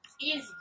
Easy